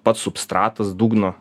pats substratas dugno